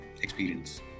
experience